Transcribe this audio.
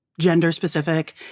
gender-specific